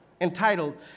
entitled